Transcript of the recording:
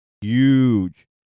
Huge